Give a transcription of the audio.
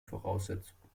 voraussetzungen